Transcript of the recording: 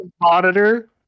monitor